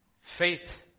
Faith